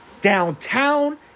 downtown